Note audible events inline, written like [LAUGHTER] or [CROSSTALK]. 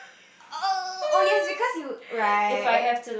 [NOISE] oh yes because you right